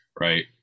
right